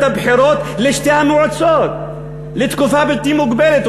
הבחירות לשתי המועצות לתקופה בלתי מוגבלת,